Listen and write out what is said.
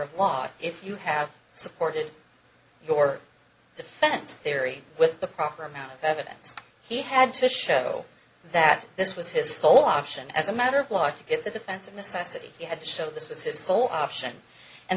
of law if you have supported your defense theory with the proper amount of evidence he had to show that this was his sole option as a matter of law to get the defense of necessity you have to show this was his sole option and